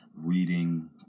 reading